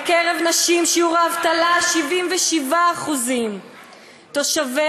בקרב נשים שיעור האבטלה 77%. תושבי